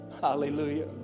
Hallelujah